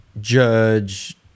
judge